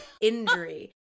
injury